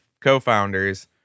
co-founders